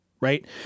Right